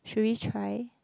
should we try